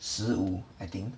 十五 I think